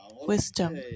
wisdom